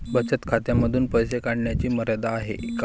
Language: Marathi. बचत खात्यांमधून पैसे काढण्याची मर्यादा आहे का?